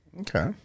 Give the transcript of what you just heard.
Okay